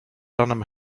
ranem